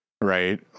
right